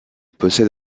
possède